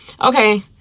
okay